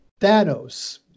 Thanos